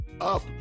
up